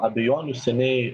abejonių seniai